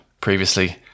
previously